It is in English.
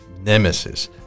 nemesis